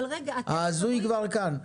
ההזוי כבר כאן.